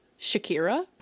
Shakira